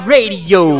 Radio